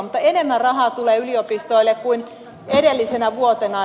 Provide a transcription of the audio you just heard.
mutta enemmän rahaa tulee yliopistoille kuin edellisenä vuotena